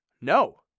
No